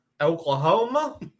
Oklahoma